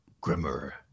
Grimmer